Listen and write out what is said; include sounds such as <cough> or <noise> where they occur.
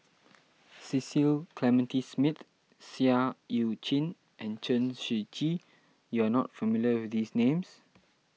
<noise> Cecil Clementi Smith Seah Eu Chin and Chen Shiji you are not familiar with these names